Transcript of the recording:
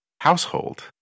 Household